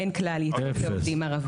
אין כלל ייצוג לעובדים ערבים.